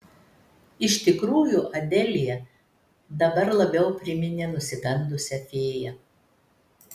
iš tikrųjų adelija dabar labiau priminė nusigandusią fėją